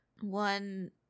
one